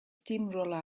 steamroller